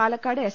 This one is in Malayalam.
പാല ക്കാട് എസ്